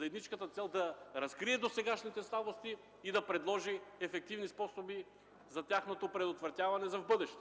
едничката цел да разкрие досегашните слабости и да предложи ефективни способи за тяхното предотвратяване в бъдеще!